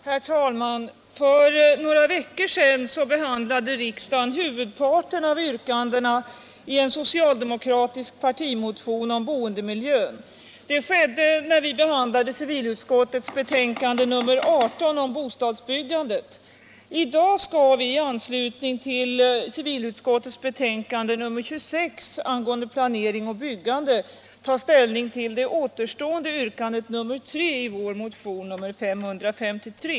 Herr talman! För några veckor sedan diskuterade riksdagen huvudparten av yrkandena i en socialdemokratisk partimotion om boendemiljön. Det skedde när vi behandlade civilutskottets betänkande nr 18 om bostadsbyggandet. I dag skall vi i anslutning till civilutskottets betänkande nr 26 angående planering och byggande ta ställning till det återstående yrkandet 3 i vår motion 553.